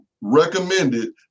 recommended